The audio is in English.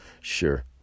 Sure